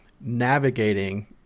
navigating